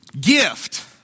Gift